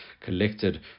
collected